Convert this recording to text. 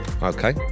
okay